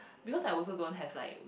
because I also don't have like